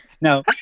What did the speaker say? no